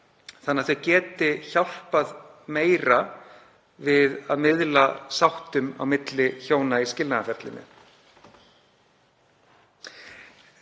þannig að þau geti hjálpað meira við að miðla málum á milli hjóna í skilnaðarferlinu.